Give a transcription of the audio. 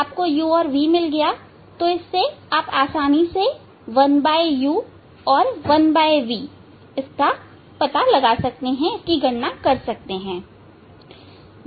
आपको u और v मिलेगा कोई भी इससे 1u और 1v की गणना कर सकता है